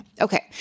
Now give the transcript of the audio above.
Okay